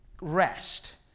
rest